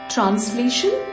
Translation